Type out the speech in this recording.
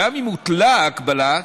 גם אם הוטלה ההגבלה,